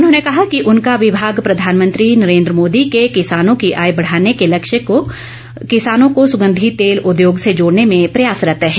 उन्होंने कहा कि उनका विभाग प्रधानमंत्री नरेन्द्र मोदी के किसानों की आय बढ़ाने के लक्ष्य के दृष्टिगत किसानों को सुगंधी तेल उद्योग से जोड़ने में प्रयासरत्त है